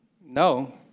no